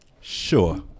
Sure